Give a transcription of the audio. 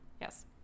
Yes